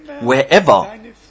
Wherever